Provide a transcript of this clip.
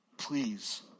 Please